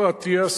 השר אטיאס,